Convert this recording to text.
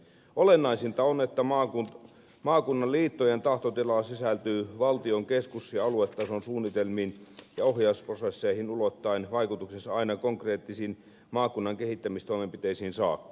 olennaisinta on että maakunnan liittojen tahtotila sisältyy valtion keskus ja aluetason suunnitelmiin ja ohjausprosesseihin ulottaen vaikutuksensa aina konkreettisiin maakunnan kehittämistoimenpiteisiin saakka